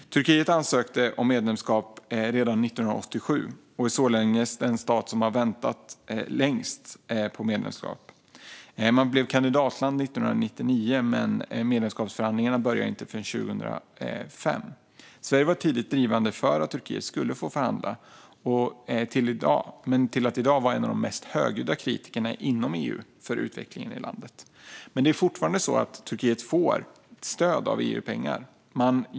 Turkiet ansökte om medlemskap i EU redan 1987 och är således den stat som har väntat längst på medlemskap. Turkiet blev kandidatland 1999, men medlemskapsförhandlingarna började inte förrän 2005. Sverige var tidigt drivande för att Turkiet skulle få förhandla men har gått till att i dag vara en av de mest högljudda kritikerna inom EU av utvecklingen i landet. Turkiet får dock fortfarande stöd genom EU-pengar.